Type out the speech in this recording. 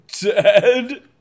dead